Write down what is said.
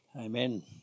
Amen